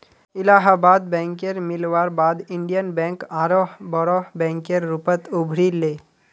इलाहाबाद बैकेर मिलवार बाद इन्डियन बैंक आरोह बोरो बैंकेर रूपत उभरी ले